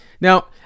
Now